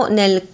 nel